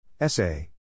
Essay